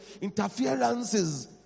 interferences